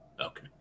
Okay